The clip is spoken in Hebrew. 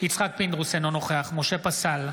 יצחק פינדרוס, אינו נוכח משה פסל,